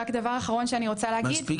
זה משהו